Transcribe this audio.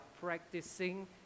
practicing